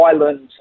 island's